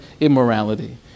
immorality